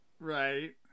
Right